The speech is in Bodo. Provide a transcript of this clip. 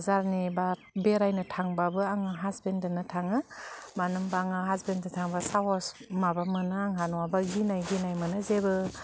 जारने बा बेरायनो थांबाबो आङो हासबेन्डदोंनो थाङो मानो होनबा आंहा हासबेन्डदो थांबा साहस माबा मोनो आंहा नङाबा गिनाय गिनाय मोनो जेबो